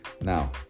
Now